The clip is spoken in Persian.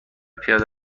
پیاده